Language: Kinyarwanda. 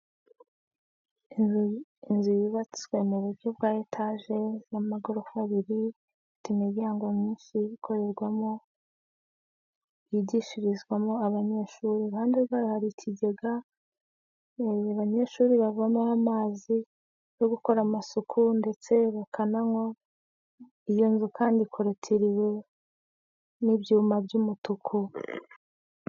Inzu yubatswe muburyo bwa etaje z'amagorofa abiri ifite imiryango myinshi ikorerwamo yigishirizwamo abanyeshuri, iruhande rwayo hari ikigega abanyeshuri bavomaho amazi yo gukora amasuku ndetse bakananywa, iyo nzu kandi ikorotiriwe n'ibyuma by'umutuku.